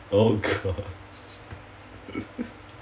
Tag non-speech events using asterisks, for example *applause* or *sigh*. oh god *laughs*